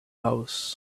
house